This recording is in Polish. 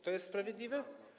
To jest sprawiedliwe?